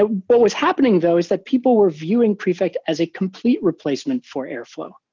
ah what was happening though is that people were viewing prefect as a complete replacement for airflow,